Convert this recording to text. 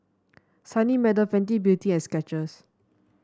Sunny Meadow Fenty Beauty and Skechers